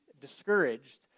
discouraged